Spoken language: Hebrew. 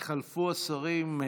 התחלפו השרים.